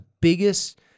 biggest